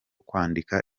kwandika